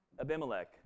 Abimelech